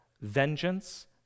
Vengeance